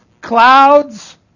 clouds